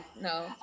No